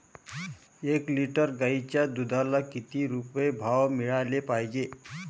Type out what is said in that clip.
एक लिटर गाईच्या दुधाला किती रुपये भाव मिळायले पाहिजे?